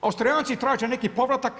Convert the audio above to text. Austrijanci traže neki povratak.